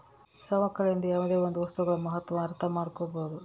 ಸವಕಳಿಯಿಂದ ಯಾವುದೇ ಒಂದು ವಸ್ತುಗಳ ಮಹತ್ವ ಅರ್ಥ ಮಾಡ್ಕೋಬೋದು